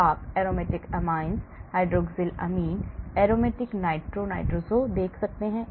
तो आप aromatic amines hydroxylamine aromatic nitro nitroso देख सकते हैं